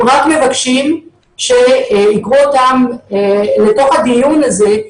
הם רק מבקשים שייקחו אותם לתוך הדיון הזה,